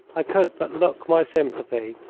i could but look my sympathy,